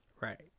right